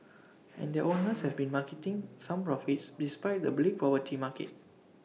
and their owners have been marketing some profits despite the bleak property market